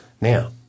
Now